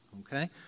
okay